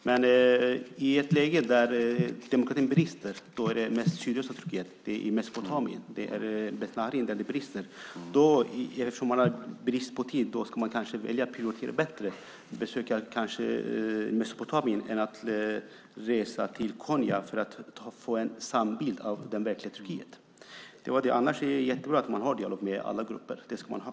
Men i ett läge där demokratin brister, som i sydöstra Turkiet, Mesopotamien, borde man kanske prioritera annorlunda om man har ont om tid och besöka just Mesopotamien hellre än Konya om man vill ha en sann bild av det verkliga Turkiet. Det är dock bra att man har en dialog med alla grupper; det ska man ha.